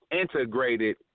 integrated